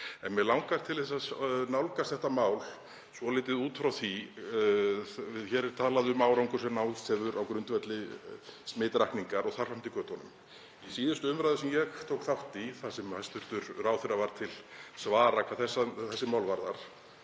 En mig langar til að nálgast þetta mál svolítið út frá því að hér er talað um árangur sem náðst hafi á grundvelli smitrakningar og þar fram eftir götunum. Í síðustu umræðu sem ég tók þátt í, þar sem hæstv. ráðherra var til svara hvað þessi mál varðar,